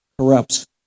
corrupts